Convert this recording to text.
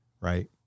right